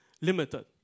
limited